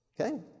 Okay